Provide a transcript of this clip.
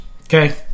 Okay